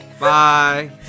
Bye